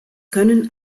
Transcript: können